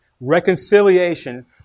Reconciliation